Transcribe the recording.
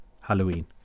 Halloween